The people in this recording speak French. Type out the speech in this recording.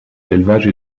l’élevage